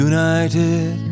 United